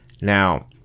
now